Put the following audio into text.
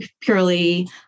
purely